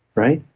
right?